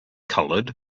colored